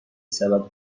سبد